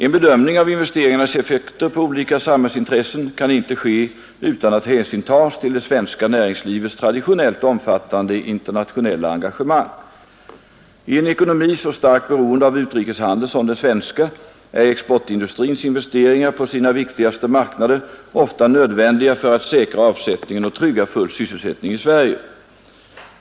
En bedömning av investeringarnas effekter på olika samhällsintressen kan inte ske utan att hänsyn tas till det svenska näringslivets traditionellt omfattande internationella engagemang. I en ekonomi så starkt beroende av utrikeshandel som den svenska är exportindustrins investeringar på sina viktigaste marknader ofta nödvändiga för att säkra avsättningen och trygga full sysselsättning i Sverige.